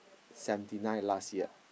seventy nine last year